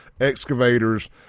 excavators